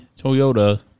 Toyota